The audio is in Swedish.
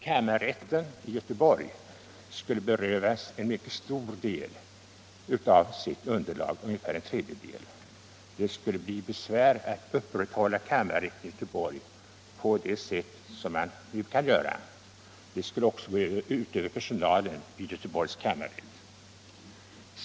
Kammarrätten i Göteborg skulle berövas en mycket stor del av sitt underlag, ungefär en tredjedel. Det skulle bli besvärligt att upprätthålla kammarrättens i Göteborg verksamhet i följd av de ingrepp detta skulle medföra. Det skulle också gå ut över personalen vid Göteborgs kammarrätt.